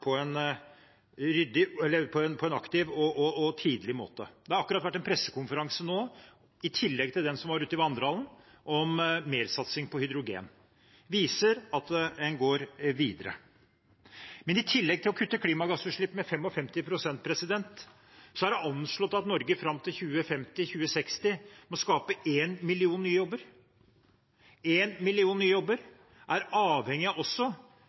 på en aktiv og tydelig måte. Det har akkurat vært en pressekonferanse nå, i tillegg til den som var ute i vandrehallen, om mersatsing på hydrogen, så en viser at en går videre. I tillegg til å kutte klimagassutslippene med 55 pst. er det anslått at Norge fram til 2050–2060 må skape en million nye jobber. En million nye jobber er også avhengig av